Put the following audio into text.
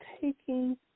taking